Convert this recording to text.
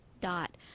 DOT